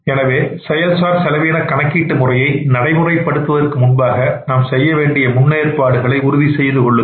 எனவே செயல் சார் செலவின கணக்கீட்டு முறையை நடைமுறைப்படுத்துவதற்கு முன்பாக நாம் செய்ய வேண்டிய முன்னேற்பாடுகளை உறுதி செய்து கொள்ளுங்கள்